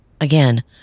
Again